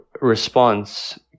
response